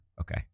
okay